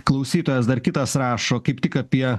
klausytojas dar kitas rašo kaip tik apie